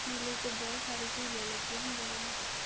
ਕਿਲੇ ਚ ਬਹੁਤ ਸਾਰੇ ਝੂਲੇ ਲੱਗੇ ਹੁੰਦੇ ਹਨ